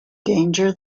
danger